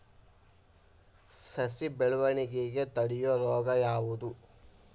ಸಸಿ ಬೆಳವಣಿಗೆ ತಡೆಯೋ ರೋಗ ಯಾವುದು?